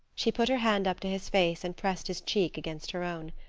she put her hand up to his face and pressed his cheek against her own.